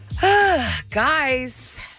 Guys